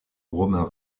romain